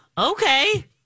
Okay